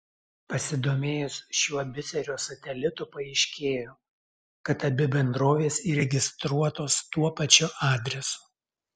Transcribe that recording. pasidomėjus šiuo biserio satelitu paaiškėjo kad abi bendrovės įregistruotos tuo pačiu adresu